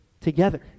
together